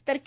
तर के